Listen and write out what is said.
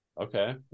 Okay